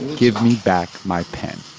give me back my pen.